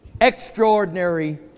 extraordinary